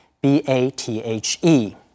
B-A-T-H-E